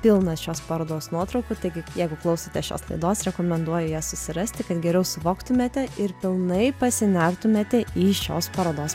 pilnas šios parodos nuotraukų taigi jeigu klausote šios laidos rekomenduoju jas susirasti kad geriau suvoktumėte ir pilnai pasinertumėte į šios parodos